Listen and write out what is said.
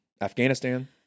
Afghanistan